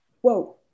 Whoa